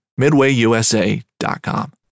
MidwayUSA.com